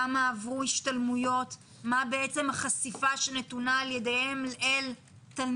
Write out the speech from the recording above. כמה עברו השתלמויות ומה החשיפה שלהם לתלמידים.